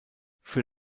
für